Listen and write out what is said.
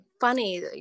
funny